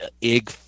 Ig